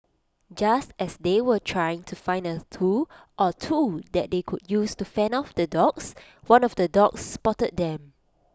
just as they were trying to find A tool or two that they could use to fend off the dogs one of the dogs spotted them